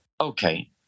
Okay